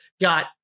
got